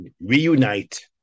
reunite